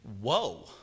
Whoa